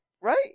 Right